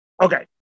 Okay